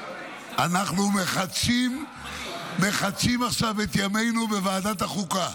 אנחנו מחדשים עכשיו את ימינו בוועדת החוקה.